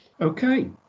okay